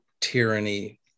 tyranny